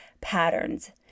patterns